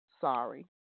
sorry